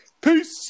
peace